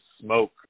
smoke